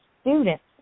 students